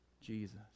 Jesus